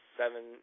seven